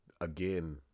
again